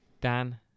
Dan